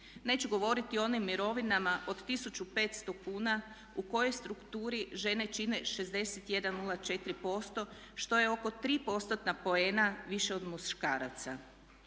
Neću govoriti o onim mirovinama od 1500 kuna u kojoj strukturi žene čine 61,04% što je oko 3 postotna poena više od muškaraca.